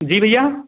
जी भैया